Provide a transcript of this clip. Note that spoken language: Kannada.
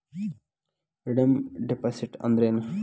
ರೆಡೇಮ್ ಡೆಪಾಸಿಟ್ ಅಂದ್ರೇನ್?